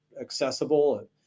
accessible